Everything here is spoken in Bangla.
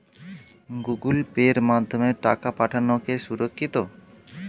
গুগোল পের মাধ্যমে টাকা পাঠানোকে সুরক্ষিত?